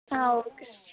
okay